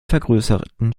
vergrößerten